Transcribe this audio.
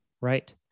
Right